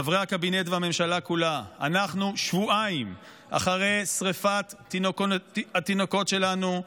חברי הקבינט והממשלה כולה: אנחנו שבועיים אחרי שרפת התינוקות שלנו,